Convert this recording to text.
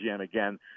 again